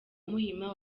muhima